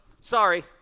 Sorry